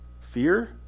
fear